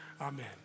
amen